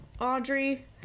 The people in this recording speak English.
Audrey